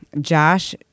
Josh